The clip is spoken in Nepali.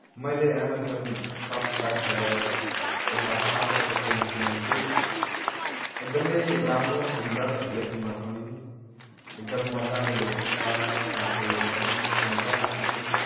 मैले एमाजन सोप साइटबाट एउटा पार्करको पेन किनेको थिएँ एकदमै राम्रो सुन्दर लेख्नमा पनि एकदम मजाले लेखिने सररररर आफूले लेख्दा पनि मजा लाग्ने